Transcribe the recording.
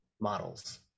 models